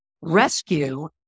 rescue